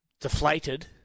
deflated